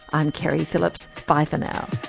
i'm keri phillips. bye for now